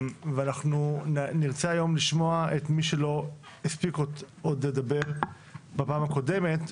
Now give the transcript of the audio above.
אנחנו נרצה היום לשמוע את מי שלא הספיק לדבר בפעם הקודמת.